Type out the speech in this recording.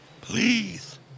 Please